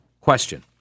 question